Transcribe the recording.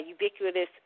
ubiquitous